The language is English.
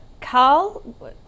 Carl